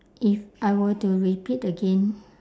if I were to repeat again